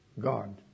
God